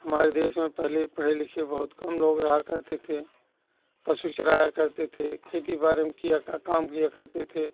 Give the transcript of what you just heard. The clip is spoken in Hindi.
हमारे देश में पहले पढ़े लिखे बहुत कम लोग रहा करते थे पशु चराया करते थे खेती बाड़ी किया का काम किया करते थे